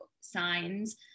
signs